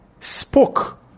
spoke